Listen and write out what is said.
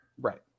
right